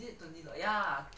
is it twenty dollars